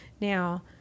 Now